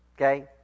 Okay